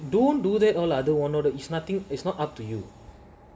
don't do that all other one order it's nothing it's not up to you